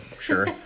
sure